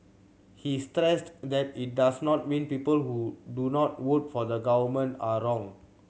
he stressed that it does not mean people who do not vote for the Government are wrong